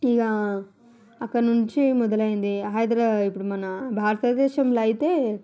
ఇంకా అక్కడ నుంచి మొదలైంది హైదరా ఇప్పుడు మన భారతదేశంలో అయితే